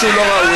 משהו לא ראוי.